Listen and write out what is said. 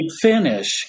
finish